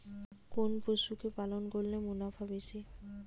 কোন পশু কে পালন করলে মুনাফা বেশি?